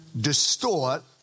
distort